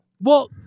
Well-